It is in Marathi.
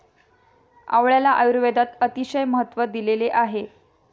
आवळ्याला आयुर्वेदात अतिशय महत्त्व दिलेले आहे